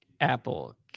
Apple